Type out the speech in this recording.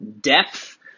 depth